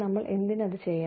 നമ്മൾ എന്തിന് അത് ചെയ്യണം